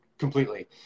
completely